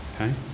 Okay